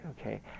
Okay